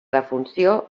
defunció